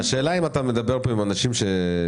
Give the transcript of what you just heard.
האם מישהו מכם יודע לענות על השאלה הזאת?